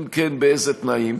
אם כן, באיזה תנאים,